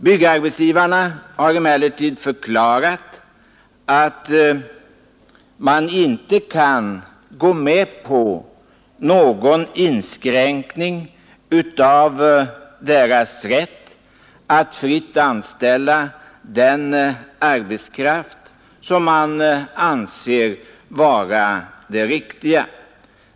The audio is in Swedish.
Byggarbetsgivarna har emellertid förklarat att man inte kan gå med på någon inskränkning av deras rätt att fritt anställa den arbetskraft som de anser sig behöva.